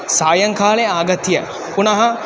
सायङ्काले आगत्य पुनः